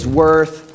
worth